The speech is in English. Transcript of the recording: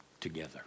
together